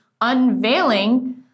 unveiling